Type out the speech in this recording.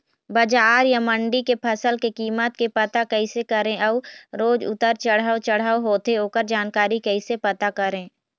बजार या मंडी के फसल के कीमत के पता कैसे करें अऊ रोज उतर चढ़व चढ़व होथे ओकर जानकारी कैसे पता करें?